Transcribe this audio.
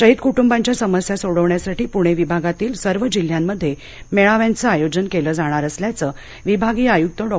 शहीद कृट्रंबांच्या समस्या सोडवण्यासाठी पूणे विभागातील सर्व जिल्हयांमध्ये मेळाव्याचं आयोजन केलं जाणार असल्याचं विभागीय आयुक डॉ